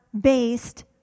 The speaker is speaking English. based